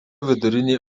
vidurinė